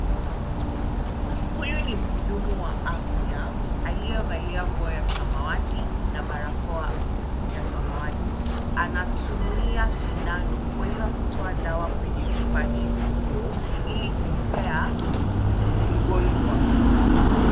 Huyu ni mhudumu wa afya aliyevalia nguo ya samawati na barakoa ya samawati. Anatumia sindano kuweza kutoa dawa kwenye chupa hilo, ili kumpea mgonjwa.